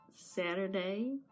Saturday